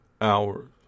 hours